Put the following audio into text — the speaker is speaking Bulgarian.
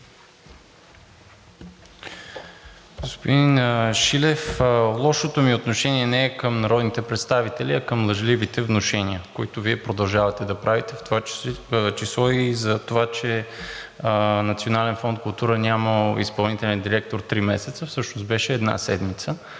Господин Шилев, лошото ми отношение не е към народните представители, а към лъжливите внушения, които Вие продължавате да правите, в това число и за това, че Национален фонд „Култура“ нямал изпълнителен директор три месеца. Всъщност беше една седмица.